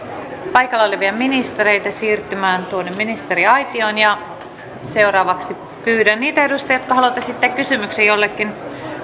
paikalla olevia ministereitä siirtymään tuonne ministeriaitioon ja seuraavaksi pyydän niitä edustajia jotka haluavat esittää kysymyksen jollekin